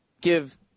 give